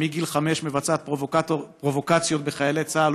שמגיל חמש מבצעת פרובוקציות בחיילי צה"ל